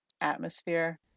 atmosphere